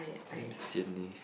damn sian leh